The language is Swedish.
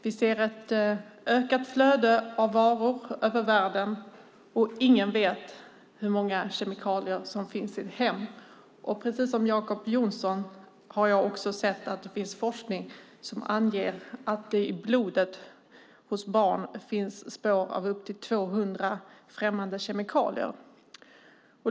Vi ser ett ökat flöde av varor över världen, och ingen vet hur många kemikalier som finns i ett hem. Precis som Jacob Johnson har jag sett att det finns forskning som anger att det i blodet hos barn finns spår av upp till 200 främmande kemikalier.